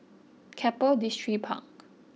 Keppel Distripark